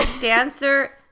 Dancer